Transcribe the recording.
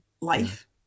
life